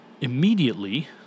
immediately